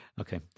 Okay